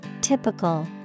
typical